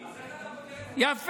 אז איך, יפה.